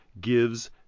gives